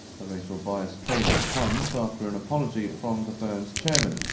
the racial bias training comes after an apology from the firm's chairman.